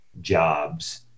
jobs